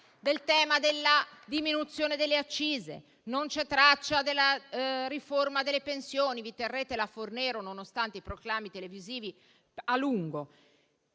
del tema della diminuzione delle accise. Non c'è traccia della riforma delle pensioni - vi terrete la Fornero a lungo, nonostante i proclami televisivi - e non